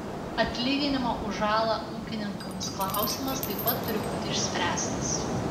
atlyginimo už žalą ūkininkams klausimas taip pat turi būti išspręstas